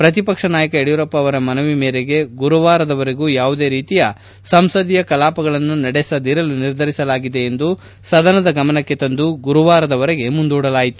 ಪ್ರತಿಪಕ್ಷನಾಯಕ ಯಡಿಯೂರಪ್ಪ ಅವರ ಮನವಿ ಮೇರೆಗೆ ಗುರುವಾರದವರೆಗೂ ಯಾವುದೇ ರೀತಿಯ ಸದನ ಕಲಾಪಗಳನ್ನು ನಡೆಸದಿರಲು ನಿರ್ಧರಿಸಲಾಗಿದೆ ಎಂದು ಸದನದ ಗಮನಕ್ಕೆ ತಂದು ಗುರುವಾರದವರೆಗೂ ಮುಂದೂಡಿದರು